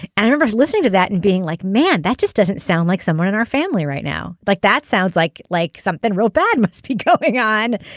i remember listening to that and being like man that just doesn't sound like someone in our family right now like that sounds like like something real bad must be going on.